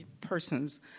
persons